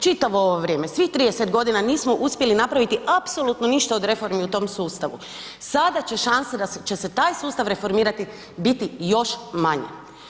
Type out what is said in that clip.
Čitavo ovo vrijeme svih 30 godina nismo uspjeli napraviti apsolutno ništa od reformi u tom sustavu, sada će šanse da će se taj sustav reformirati biti još manji.